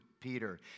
Peter